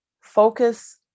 focus